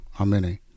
amen